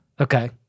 Okay